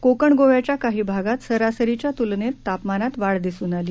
कोकण गोव्याच्या काही भागात सरासरीच्या तुलनेत तपमानात वाढ दिसून आली